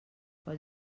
pel